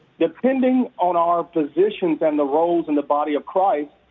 depending on our positions and the roles in the body of christ,